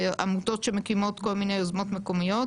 עמותות שמקימות כל מיני יוזמות מקומיות,